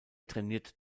trainiert